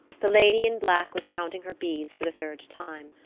the lady in black was counting her beads for the third time.